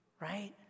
Right